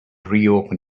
reopen